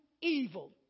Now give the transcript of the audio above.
evil